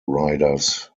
riders